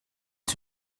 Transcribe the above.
ils